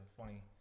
funny